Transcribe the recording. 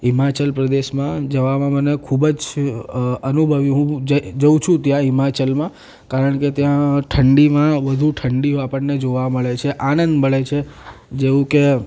હિમાચલ પ્રદેશમાં જવામાં મને ખૂબ જ અનુભવ્યું હું જાઉં છું ત્યાં હિમાચલમાં કારણ કે ત્યાં ઠંડીમાં વધુ ઠંડી આપણને જોવા મળે છે આનંદ મળે છે જેવું કે